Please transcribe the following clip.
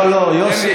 לא, לא, יוסי.